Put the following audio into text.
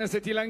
זה מאוד מאכזב.